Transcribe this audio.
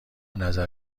نظر